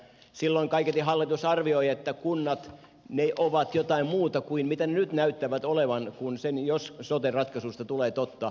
silloin kaiketi hallitus arvioi että kunnat ovat jotain muuta kuin mitä ne nyt näyttävät olevan jos sote ratkaisusta tulee totta